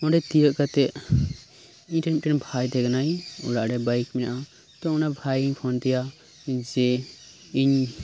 ᱚᱸᱰᱮ ᱛᱤᱭᱳᱜ ᱠᱟᱛᱮ ᱤᱧ ᱨᱮᱱ ᱢᱤᱫ ᱴᱮᱱ ᱵᱷᱟᱭ ᱛᱟᱦᱮᱸ ᱠᱟᱱᱟᱭ ᱚᱲᱟᱜ ᱨᱮ ᱵᱟᱭᱤᱠ ᱢᱮᱱᱟᱜᱼᱟ ᱛᱚ ᱚᱱᱟ ᱵᱷᱟᱭ ᱤᱧ ᱯᱷᱳᱱ ᱟᱫᱮᱭᱟ ᱡᱮ ᱤᱧ